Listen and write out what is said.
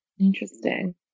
Interesting